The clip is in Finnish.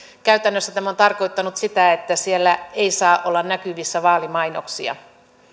käytännössä tämä on tarkoittanut sitä että siellä ei saa olla näkyvissä vaalimainoksia